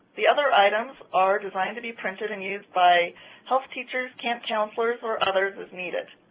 the other items are designed to be printed and used by health teachers, camp counselors or others as needed.